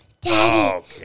Daddy